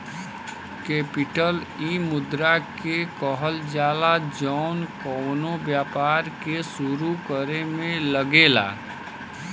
capital इ मुद्रा के कहल जाला जौन कउनो व्यापार के सुरू करे मे लगेला